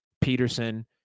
Peterson